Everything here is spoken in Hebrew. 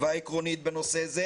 והעקרונית בנושא זה